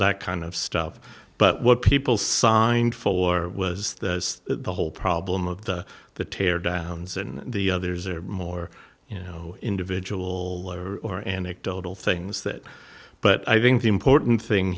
that kind of stuff but what people signed for was the whole problem of the the tear downs and the others are more you know individual or anecdotal things that but i think the important thing